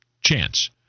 chance